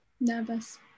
Nervous